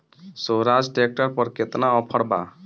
सोहराज tractor पर केतना offer बा?